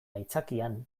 aitzakian